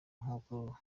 nk’uko